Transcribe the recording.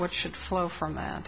what should flow from that